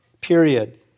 period